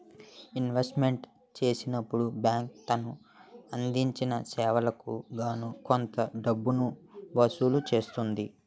investment చేసినప్పుడు bank తను అందించిన సేవలకు గాను కొంత డబ్బును వసూలు చేస్తుంది